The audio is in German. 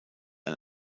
ein